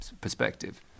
perspective